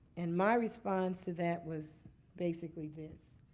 and my response to that was basically this.